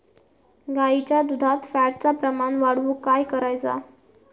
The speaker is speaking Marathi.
गाईच्या दुधात फॅटचा प्रमाण वाढवुक काय करायचा?